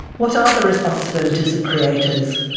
what are the responsibilities of creators,